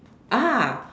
ah